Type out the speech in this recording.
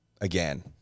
Again